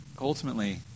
ultimately